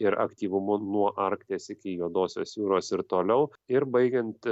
ir aktyvumu nuo arkties iki juodosios jūros ir toliau ir baigiant